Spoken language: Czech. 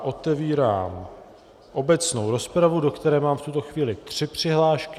Otevírám obecnou rozpravu, do které mám v tuto chvíli tři přihlášky.